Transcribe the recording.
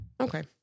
Okay